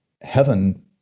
heaven